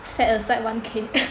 set aside one K